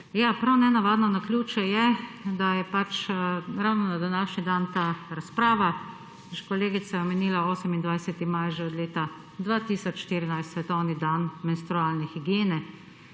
prav nenavadno naključje je, da je ravno na današnji dan ta razprava, kot je že kolegica omenila, 28. maj že od leta 2014 svetovni dan menstrualne higiene,